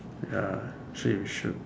ya see we should